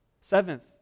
Seventh